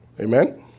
Amen